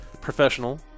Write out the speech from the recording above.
professional